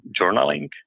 journaling